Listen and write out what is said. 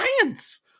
science